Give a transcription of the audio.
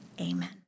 Amen